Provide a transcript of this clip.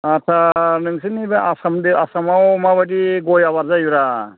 आच्चा नोंसोरनि बे आसामाव माबायदि गय आबाद जायोब्रा